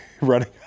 running